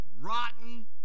rotten